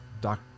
doc